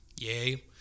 Yay